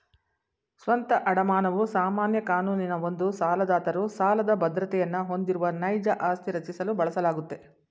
ಸ್ವಂತ ಅಡಮಾನವು ಸಾಮಾನ್ಯ ಕಾನೂನಿನ ಒಂದು ಸಾಲದಾತರು ಸಾಲದ ಬದ್ರತೆಯನ್ನ ಹೊಂದಿರುವ ನೈಜ ಆಸ್ತಿ ರಚಿಸಲು ಬಳಸಲಾಗುತ್ತೆ